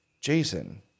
Jason